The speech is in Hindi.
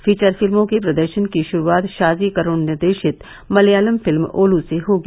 फीचर फिल्मों के प्रदर्शन की शुरुआत शाजी करुण निर्देशित मलयालम फिल्म ओलू से होगी